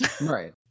Right